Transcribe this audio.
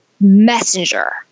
messenger